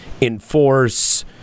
enforce